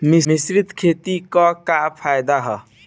मिश्रित खेती क का फायदा ह?